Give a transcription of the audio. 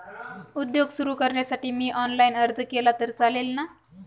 उद्योग सुरु करण्यासाठी मी ऑनलाईन अर्ज केला तर चालेल ना?